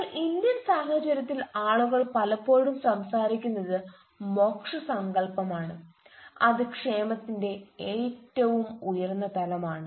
എന്നാൽ ഇന്ത്യൻ സാഹചര്യത്തിൽ ആളുകൾ പലപ്പോഴും സംസാരിക്കുന്നത് മോക്ഷ സങ്കല്പമാണ് അത് ക്ഷേമത്തിന്റെ ഏറ്റവും ഉയർന്ന തലമാണ്